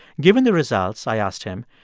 given the results, i asked him,